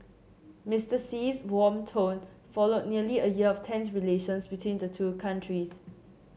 Mister Xi's warm tone followed nearly a year of tense relations between the two countries